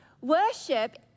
Worship